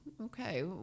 okay